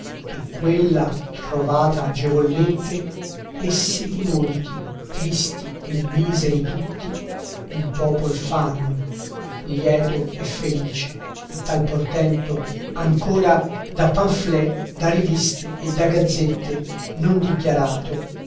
e quella trovata agevolmente essi di molti tristi e miseri tutti un popol fanno lieto e felice e tal portento ancora da pamphlets da riviste e da gazzette non dichiarato